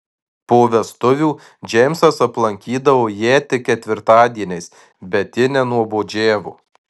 po vestuvių džeimsas aplankydavo ją tik ketvirtadieniais bet ji nenuobodžiavo